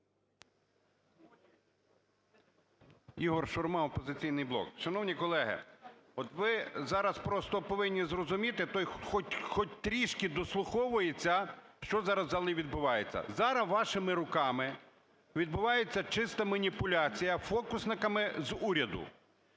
Ігор Шурма, "Опозиційний блок". Шановні колеги, от ви зараз просто повинні зрозуміти той… хоть трішки дослуховуватися, що зараз в залі відбувається. Зараз вашими руками відбувається чиста маніпуляція фокусниками з уряду.